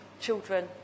children